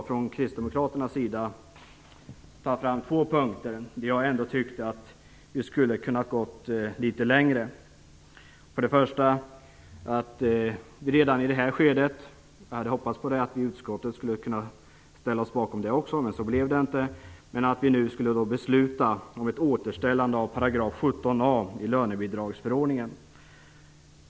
Från Kristdemokraternas sida vill jag peka på två punkter där vi tycker att man skulle ha kunnat gå litet längre. För det första - jag hade hoppats att utskottet skulle ställa sig bakom detta, men så blev det inte - handlar det om att vi redan i det här skedet skulle besluta om ett återställande av § 17 a i lönebidragsförordningen.